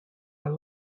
are